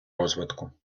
розвитку